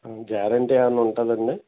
guarantee ఏమన్న ఉంటుంది అండి